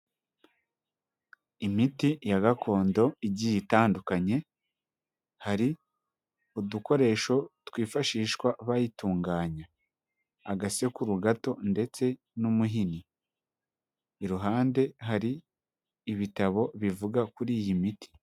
Imiti ya gakondo igiye itandukanye, hari udukoresho twifashishwa bayitunganya, agasekuru gato ndetse n'umuhini, iruhande hari ibitabo bivuga kuri iyi miti.